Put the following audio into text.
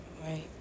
right